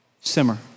simmer